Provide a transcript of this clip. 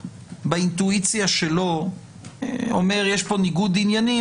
באינטואיציה שלו אומר שיש כאן ניגוד עניינים,